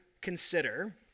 consider